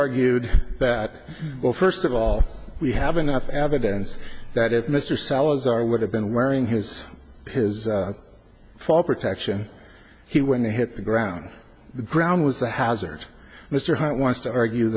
argued that well first of all we have enough evidence that it mr salazar would have been wearing his his fall protection he when they hit the ground the ground was a hazard mr hart wants to argue